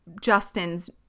Justin's